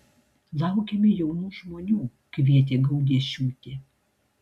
laukiame jaunų žmonių kvietė gaudiešiūtė